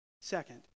Second